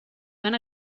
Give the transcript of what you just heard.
van